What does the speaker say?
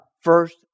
first